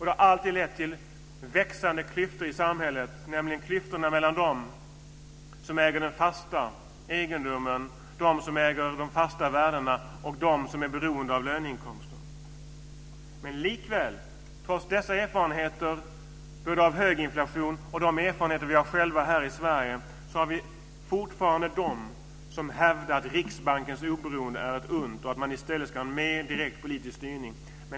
Det har alltid lett till växande klyftor i samhället, dvs. klyftorna mellan dem som äger den fasta egendomen, de fasta värdena, och dem som är beroende av löneinkomster. Trots erfarenheterna av hög inflation och de svenska erfarenheterna finns det fortfarande de som hävdar att Riksbankens oberoende är något ont och att det i stället ska vara mer direkt politisk styrning.